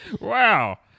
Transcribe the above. Wow